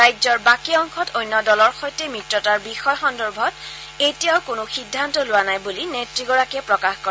ৰাজ্যৰ বাকী অংশত অন্য দলৰ সৈতে মিত্ৰতাৰ বিষয় সন্দৰ্ভত দলে এতিয়াও কোনো সিদ্ধান্ত লোৱা নাই বুলি নেত্ৰীগৰাকীয়ে প্ৰকাশ কৰে